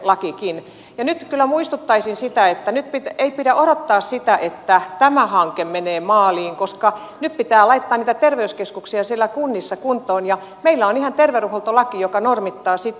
nyt kyllä muistuttaisin siitä että ei pidä odottaa sitä että tämä hanke menee maaliin koska nyt pitää laittaa niitä terveyskeskuksia siellä kunnissa kuntoon ja meillä on ihan terveydenhuoltolaki joka normittaa sitä